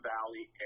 Valley